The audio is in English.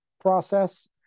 process